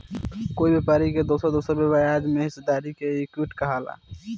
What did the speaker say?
कोई व्यापारी के दोसर दोसर ब्याज में हिस्सेदारी के इक्विटी कहाला